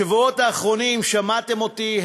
בשבועות האחרונים שמעתם אותי,